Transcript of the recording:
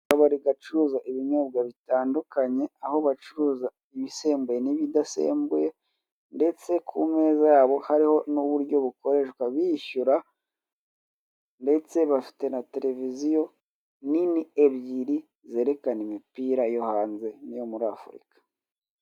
Akabari gucuruza ibinyobwa bitandukanye, aho bacuruza ibisembuye n'ibidasembuye ndetse ku meza yabo hariho n'uburyo bukoreshwa bishyura. Ndetse bafite na televiziyo nini ebyiri zerekana imipira yo hanze n'iyo muri Afurika.